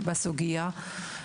בסוגיה.